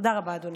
תודה רבה, אדוני.